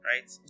right